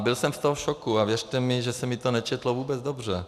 Byl jsem z toho v šoku a věřte mi, že se mi to nečetlo vůbec dobře.